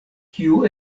kiu